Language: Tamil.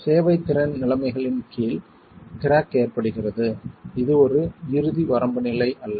சேவைத்திறன் நிலைமைகளின் கீழ் கிராக் ஏற்படுகிறது இது ஒரு இறுதி வரம்பு நிலை அல்ல